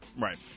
Right